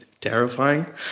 terrifying